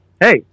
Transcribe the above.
hey